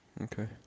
Okay